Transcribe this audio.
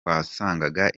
wasangaga